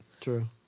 True